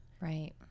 Right